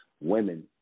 women